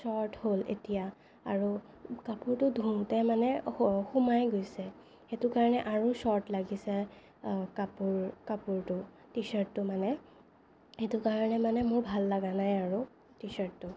sort হ'ল এতিয়া আৰু কাপোৰটো ধোওঁতে মানে সুমাই গৈছে সেইটোৰ কাৰণে আৰু চৰ্ট লাগিছে কাপোৰ কাপোৰটো টি চাৰ্টটো মানে সেইটো কাৰণে মানে মোৰ ভাল লগা নাই আৰু টি চাৰ্টটো